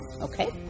Okay